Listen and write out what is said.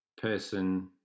person